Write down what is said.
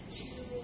two